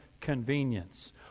convenience